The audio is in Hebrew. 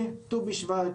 ט"ו בשבט,